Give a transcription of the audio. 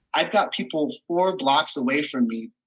i've got people four blocks away from me.